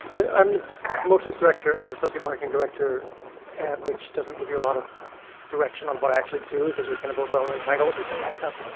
i'm the promotions director and the social marketing director and-which doesn't give you a lot of direction on what i actually do, those are kind of orwellian titles. he directs. um,